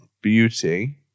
Beauty